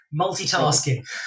multitasking